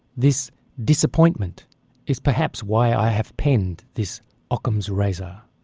this disappointment is perhaps why i have penned this ockham's razor.